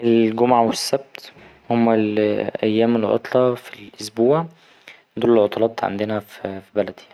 الجمعة والسبت هما أيام العطلة في الأسبوع دول العطلات عندنا فـ ـ في بلدي يعني.